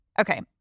Okay